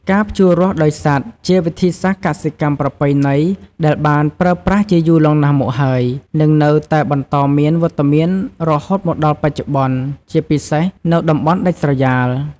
ការភ្ជូររាស់ដោយសត្វជាវិធីសាស្រ្តកសិកម្មប្រពៃណីដែលបានប្រើប្រាស់ជាយូរលង់ណាស់មកហើយ និងនៅតែបន្តមានវត្តមានរហូតមកដល់បច្ចុប្បន្ន ជាពិសេសនៅតំបន់ដាច់ស្រយាល។